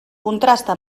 contrasta